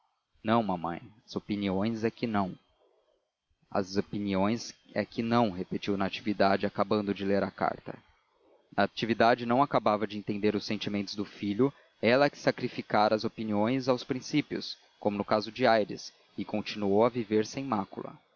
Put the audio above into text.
não mamãe as opiniões é que não as opiniões é que não repetiu natividade acabando de ler a carta natividade não acabava de entender os sentimentos do filho ela que sacrificara as opiniões aos princípios como no caso de aires e continuou a viver sem mácula